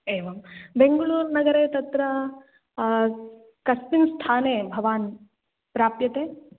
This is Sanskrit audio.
एवं बेङ्गलूर्नगरे तत्र कस्मिन् स्थाने भवान् प्राप्यते